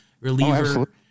reliever